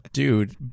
Dude